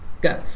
Good